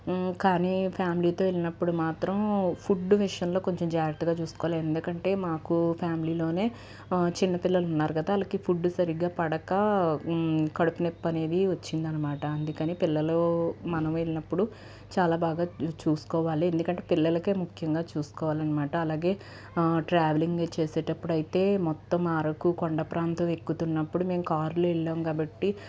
కానీ ఫ్యామిలీతో వెళ్ళినప్పుడు మాత్రం ఫుడ్ విషయంలో కొంచెం జాగ్రత్తగా చూసుకోవాలి ఎందుకంటే మాకు ఫ్యామిలీలోనే చిన్నపిల్లలు ఉన్నారు కదా వాళ్లకి ఫుడ్ సరిగ్గా పడక కడుపు నొప్పి అనేది వచ్చింది అనమాట అందుకని పిల్లలు మనం వెళ్లినప్పుడు చాలా బాగా చూసుకోవాలి ఎందుకంటే పిల్లలకి ముఖ్యంగా చూసుకోవాలి అనమాట అలాగే ట్రావెలింగ్ చేసేటప్పుడు అయితే మొత్తం అరకు కొండ ప్రాంతం ఎక్కుతున్నప్పుడు మేము కారులో వెళ్ళాము కాబట్టి